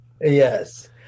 Yes